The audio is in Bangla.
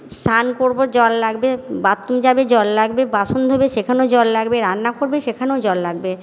স্নান করবো জল লাগবে বাথরুম যাবে জল লাগবে বাসন ধোবে সেখানেও জল লাগবে রান্না করবে সেখানেও জল লাগবে